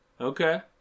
okay